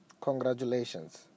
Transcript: Congratulations